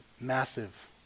massive